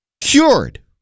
Cured